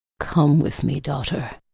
come with me daughter,